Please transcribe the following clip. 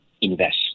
invest